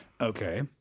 Okay